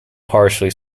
partially